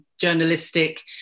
journalistic